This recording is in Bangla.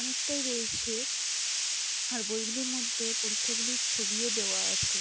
অনেকটাই রয়েছে আর বইগুলির মধ্যে পরীক্ষাগুলির ছবিও দেওয়া আছে